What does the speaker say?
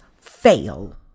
fail